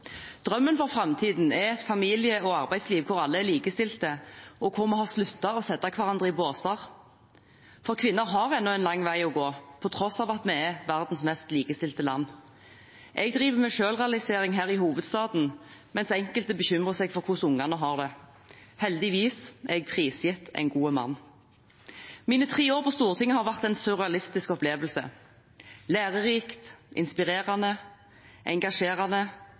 Drømmen for framtiden er et familie- og arbeidsliv hvor alle er likestilte, og hvor vi har sluttet å sette hverandre i båser. For kvinner har ennå en lang vei å gå, på tross av at vi er verdens mest likestilte land. Jeg driver med selvrealisering her i hovedstaden, mens enkelte bekymrer seg for hvordan barna har det. Heldigvis er jeg prisgitt en god mann. Mine tre år på Stortinget har vært en surrealistisk opplevelse – lærerikt, inspirerende, engasjerende,